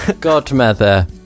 godmother